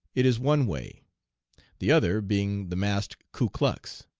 it is one way the other, being the masked kuklux.